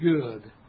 good